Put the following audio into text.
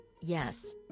yes